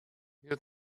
your